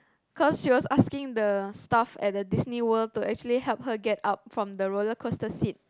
cause she was asking the staff at the Disney World to actually help her get up from the roller coster seat